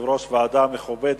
יושב-ראש ועדה מכובדת,